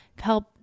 help